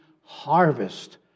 harvest